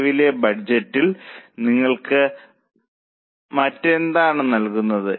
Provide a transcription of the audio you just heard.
നിലവിലെ ബഡ്ജറ്റിൽ നിങ്ങൾക്ക് മറ്റെന്താണ് നൽകുന്നത്